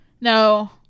no